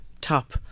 top